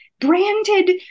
branded